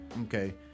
Okay